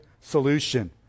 solution